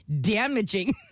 damaging